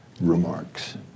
Remarks